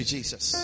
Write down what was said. Jesus